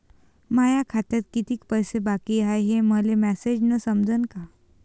माया खात्यात कितीक पैसे बाकी हाय हे मले मॅसेजन समजनं का?